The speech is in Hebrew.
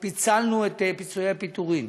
פיצלנו את עניין פיצוי הפיטורין,